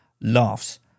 laughs